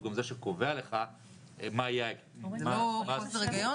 הוא גם זה שקובע לך מה יהיה --- זה לא חוסר היגיון,